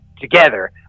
together